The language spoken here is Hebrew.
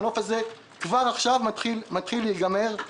הנוף הזה כבר עכשיו מתחיל להישחק.